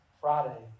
Friday